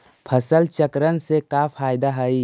फसल चक्रण से का फ़ायदा हई?